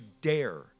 dare